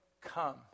come